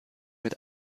mit